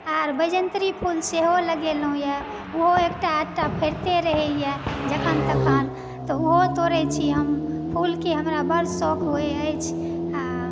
आर वैजेन्त्री फूल सेहो लगेलहुॅं यऽ ओहो एकटा आधटा फड़िते रहैया जखन तखन तऽ ओहो तोड़ै छी हम फूल के हमरा बड्ड शौक होइ अछि आ